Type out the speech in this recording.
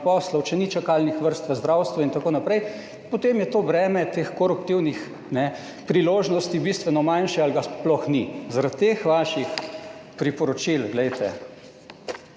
poslov, če ni čakalnih vrst v zdravstvu in tako naprej, potem je to breme teh koruptivnih, kajne, priložnosti bistveno manjše ali ga sploh ni. Zaradi teh vaših priporočil, glejte,